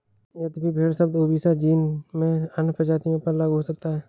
यद्यपि भेड़ शब्द ओविसा जीन में अन्य प्रजातियों पर लागू हो सकता है